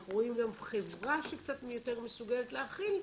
אנחנו רואים גם חברה שהיא קצת יותר מסוגלת להכיל.